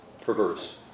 perverse